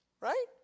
Right